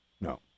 no